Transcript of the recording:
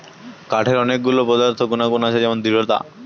কাঠের অনেক গুলো পদার্থ গুনাগুন আছে যেমন দৃঢ়তা